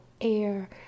air